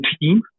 team